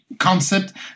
concept